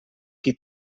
qui